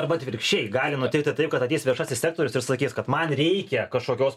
arba atvirkščiai gali nutikti taip kad ateis viešasis sektorius ir sakys kad man reikia kažkokios